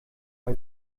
bei